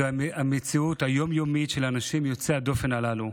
זו המציאות היום-יומית של האנשים יוצאי הדופן הללו.